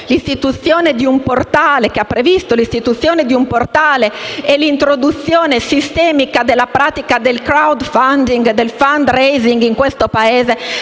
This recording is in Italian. addivenuti a una normativa che ha previsto l'istituzione di un portale e l'introduzione sistemica della pratica del *crowdfunding* e del *fundraising* in questo Paese